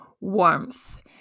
warmth